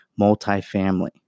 multifamily